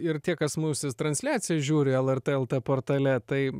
ir tie kas mus transliaciją žiūri lrt lt portale tai